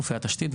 גופי התשתית,